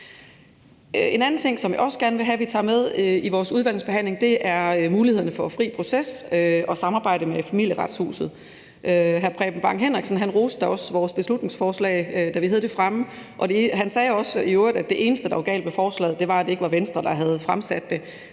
En anden ting, som jeg også gerne vil have at vi tager med i udvalgsbehandlingen, er mulighederne for fri proces og samarbejde med Familieretshuset. Hr. Preben Bang Henriksen roste da også vores beslutningsforslag, da vi havde det fremme, og han sagde i øvrigt også, at det eneste, der var galt med forslaget, var, at det ikke var Venstre, der havde fremsat det.